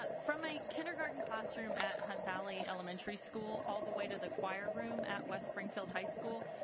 but from my kindergarten classroom at hunt valley elementary school, all the way to the choir room at west springfield high school,